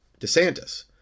DeSantis